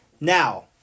Now